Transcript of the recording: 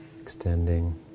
extending